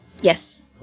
Yes